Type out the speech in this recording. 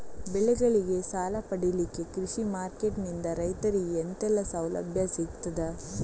ಬೆಳೆಗಳಿಗೆ ಸಾಲ ಪಡಿಲಿಕ್ಕೆ ಕೃಷಿ ಮಾರ್ಕೆಟ್ ನಿಂದ ರೈತರಿಗೆ ಎಂತೆಲ್ಲ ಸೌಲಭ್ಯ ಸಿಗ್ತದ?